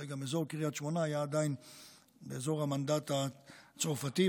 היה אזור המנדט הצרפתי,